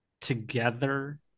together